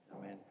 Amen